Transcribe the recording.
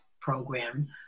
program